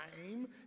time